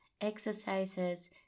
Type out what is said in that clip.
exercises